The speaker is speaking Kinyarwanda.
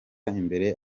imbere